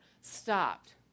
stopped